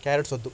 carrots వద్దు